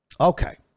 Okay